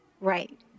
Right